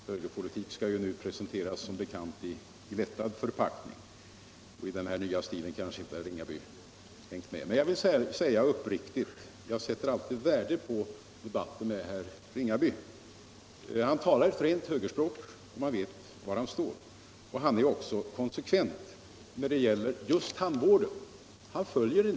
Högerpolitik skall ju som bekant numera presenteras i glättad förpackning, och i den nya stilen kanske herr Ringaby inte riktigt har hängt med. o Jag sätter emellertid alltid värde på diskussionerna med herr Ringaby. Han talar som sagt ett rent högerspråk, och man vet var han står. Han är också konsekvent och ärlig i tandvårdsfrågorna.